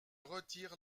retire